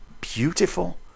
beautiful